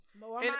More